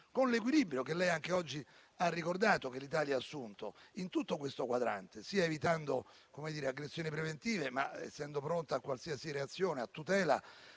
con l'equilibrio che lei anche oggi ha ricordato che l'Italia ha tenuto in tutto questo quadrante, sia evitando aggressioni preventive, sia essendo pronta a qualsiasi reazione a tutela